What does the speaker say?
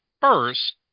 first